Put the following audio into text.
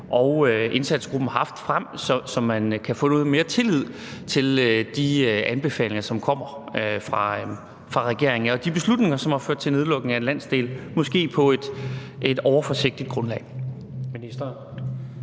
og indsatsgruppen har haft, frem, så man kan få noget mere tillid til de anbefalinger, som kommer fra regeringen, og de beslutninger, som har ført til nedlukning af en landsdel, måske på et overforsigtigt grundlag.